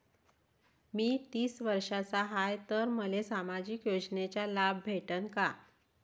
मी तीस वर्षाचा हाय तर मले सामाजिक योजनेचा लाभ भेटन का?